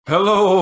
Hello